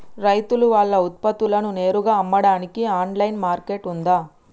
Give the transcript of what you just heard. రైతులు వాళ్ల ఉత్పత్తులను నేరుగా అమ్మడానికి ఆన్లైన్ మార్కెట్ ఉందా?